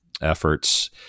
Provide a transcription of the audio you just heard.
efforts